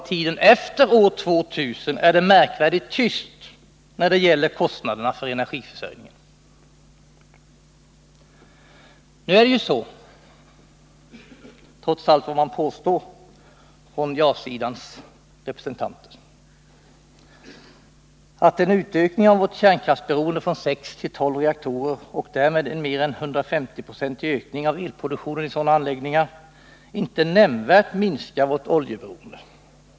Men det är märkvärdigt tyst när det gäller kostnaderna för energiförsörjningen efter den tidpunkten, för att inte tala om tiden efter år 2000. En utökning av vårt kärnkraftsberoende från sex till tolv reaktorer och därmed en mer än 150-procentig ökning av elproduktionen i sådana anläggningar minskar inte nämnvärt vårt oljeberoende — trots allt vad som påstås av ja-sidans representanter.